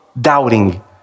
Doubting